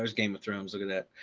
ah game of thrones. look at that.